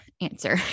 answer